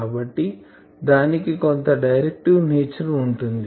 కాబట్టి దానికి కొంత డైరెక్టివ్ నేచర్ ఉంటుంది